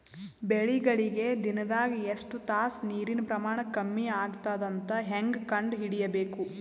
ಬೆಳಿಗಳಿಗೆ ದಿನದಾಗ ಎಷ್ಟು ತಾಸ ನೀರಿನ ಪ್ರಮಾಣ ಕಮ್ಮಿ ಆಗತದ ಅಂತ ಹೇಂಗ ಕಂಡ ಹಿಡಿಯಬೇಕು?